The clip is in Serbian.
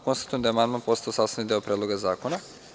Konstatujem da je amandman postao sastavni deo Predloga zakona.